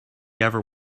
ever